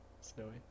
Snowy